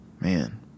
Man